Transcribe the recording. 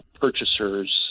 purchasers